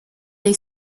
they